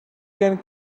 can